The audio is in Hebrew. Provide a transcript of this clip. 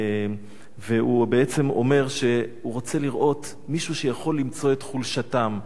הוא בעצם אומר שהוא רוצה לראות מישהו שיכול למצוא את חולשתם.